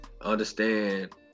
Understand